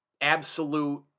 absolute